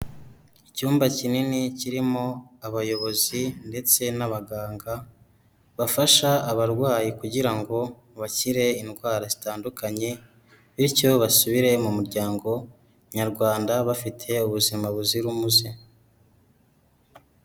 Icyumba kinini kirimo abayobozi ndetse n'abaganga bafasha abarwayi kugira ngo bakire indwara zitandukanye, bityo basubire mu muryango nyarwanda bafite ubuzima buzira umuze.